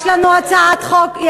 יש לנו הצעת חוק,